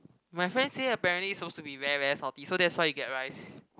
my friend say apparently suppose to be very very salty so that's why you get rice